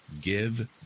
give